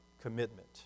commitment